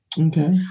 Okay